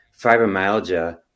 fibromyalgia